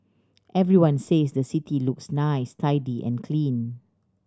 everyone says the city looks nice tidy and clean